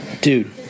dude